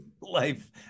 life